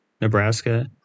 Nebraska